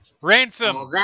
Ransom